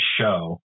show